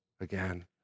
again